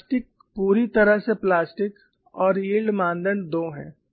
elastic पूरी तरह से प्लास्टिक और यील्ड मानदंड दो हैं